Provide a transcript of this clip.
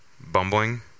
bumbling